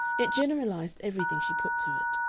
it generalized everything she put to it.